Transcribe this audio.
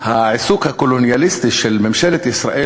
העיסוק הקולוניאליסטי של ממשלת ישראל